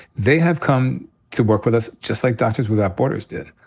they have come to work with us, just like doctors without borders did.